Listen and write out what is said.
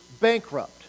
bankrupt